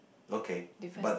okay but